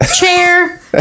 chair